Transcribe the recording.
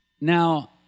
Now